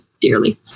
dearly